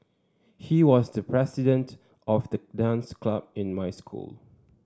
he was the president of the dance club in my school